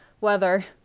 weather